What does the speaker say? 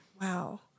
Wow